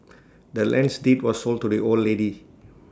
the land's deed was sold to the old lady